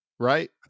right